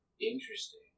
interesting